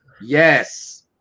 Yes